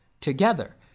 together